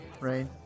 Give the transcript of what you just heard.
right